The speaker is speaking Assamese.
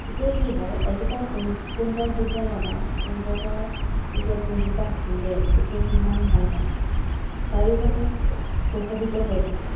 তেতিয়া কি হয় এজোপা ফুল ফুলগছ যেতিয়া লগাওঁ ফুলগছৰ যেতিয়া ফুলজোপা ফুলে তেতিয়া কিমান ভাল হয় চাৰিওকাষে সুশোভিত হৈ থাকে